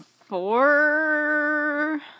four